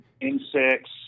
Insects